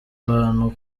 abantu